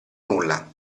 nulla